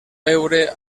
veure